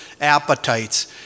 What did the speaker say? appetites